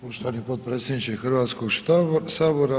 Poštovani potpredsjedniče HS.